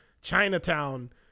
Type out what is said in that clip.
Chinatown